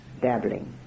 dabbling